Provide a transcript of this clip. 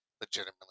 Legitimately